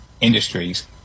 industries